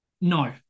No